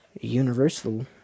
universal